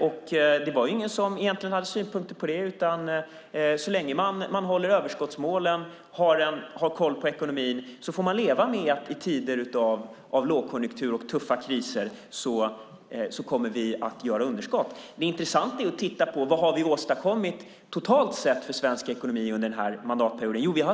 och det var ingen som hade synpunkter på det. Så länge man håller överskottsmålen och har koll på ekonomin får man leva med att det i tider av lågkonjunktur och tuffa kriser blir underskott. Det intressanta är att titta på vad vi har åstadkommit totalt sett för svensk ekonomi under den här mandatperioden.